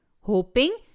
hoping